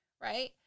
right